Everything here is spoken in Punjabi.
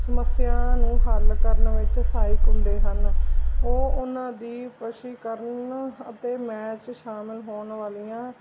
ਸਮੱਸਿਆ ਨੂੰ ਹੱਲ ਕਰਨ ਵਿੱਚ ਸਹਾਇਕ ਹੁੰਦੇ ਹਨ ਉਹ ਉਹਨਾਂ ਦੀ ਕਰਨ ਅਤੇ ਮੈਚ ਸ਼ਾਮਿਲ ਹੋਣ ਵਾਲੀਆਂ